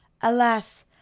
Alas